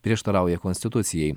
prieštarauja konstitucijai